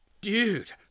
Dude